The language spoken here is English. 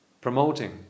promoting